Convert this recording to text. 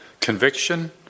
conviction